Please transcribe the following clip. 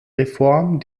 reform